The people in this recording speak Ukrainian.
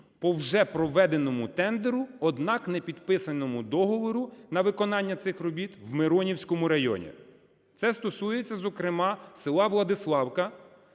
по вже проведеному тендеру, однак не підписаному договору на виконання цих доріг, в Миронівському районі. Це стосується, зокрема, села Владиславка,